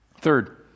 Third